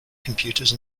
computers